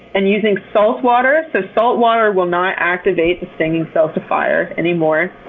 and using salt water. so salt water will not activate the stinging cells to fire anymore,